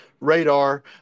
radar